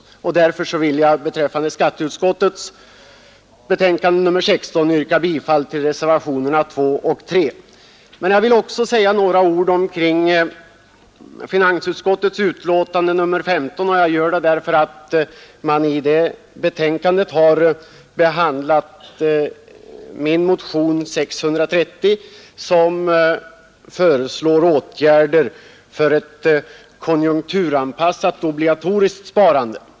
Jag ber att få yrka bifall till reservationerna 2 och 3 i skatteutskottets betänkande nr 16. Sedan vill jag också säga några ord om finansutskottets betänkande nr 15, och jag gör det därför att man i det betänkandet har behandlat min motion nr 630, i vilken jag föreslår åtgärder för ett konjunkturanpassat obligatoriskt sparande.